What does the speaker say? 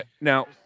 Now